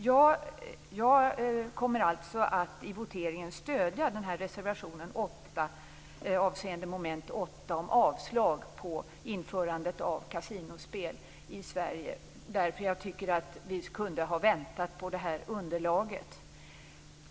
Jag kommer alltså att i voteringen stödja reservation 8, avseende mom. 8, om avslag på förslaget om införande av kasinospel i Sverige. Jag tycker att vi kunde ha väntat på underlaget.